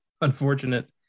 unfortunate